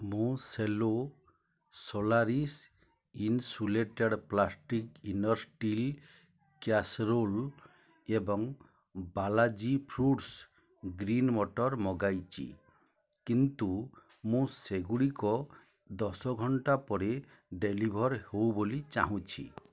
ମୁଁ Cello Solaris insulated plastic inner steel casserole ଏବଂ Balaji foods green ମଟର ମଗାଇଛି କିନ୍ତୁ ମୁଁ ସେଗୁଡ଼ିକ ଦଶ ଘଣ୍ଟା ପରେ ଡେଲିଭର ହେଉ ବୋଲି ଚାହୁଁଛି